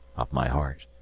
of my heart,